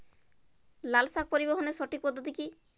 লালশাক পরিবহনের সঠিক পদ্ধতি কি?